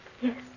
Yes